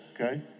Okay